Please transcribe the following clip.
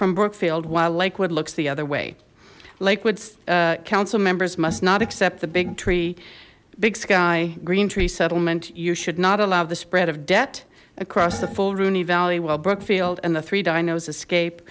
from brookfield while lakewood looks the other way liquids council members must not accept the big tree big sky green tree settlement you should not allow the spread of debt across the full rooney valley well brookfield and the three dinos escape